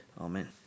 Amen